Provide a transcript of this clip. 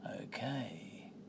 Okay